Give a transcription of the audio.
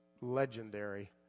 legendary